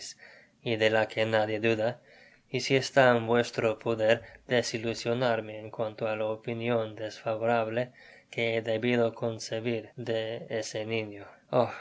y de la que nadie duda y si está en vuestro poder desilusionarme en cuanto á ta opinion desfavorable que he debido concebir de ese niño